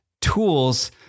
tools